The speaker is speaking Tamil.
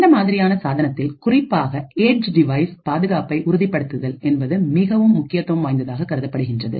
இந்த மாதிரியான சாதனத்தில் குறிப்பாக ஏட்ஜ் டிவைஸ் பாதுகாப்பை உறுதிப்படுத்துதல் என்பது மிகவும் முக்கியத்துவம் வாய்ந்ததாக கருதப்படுகின்றது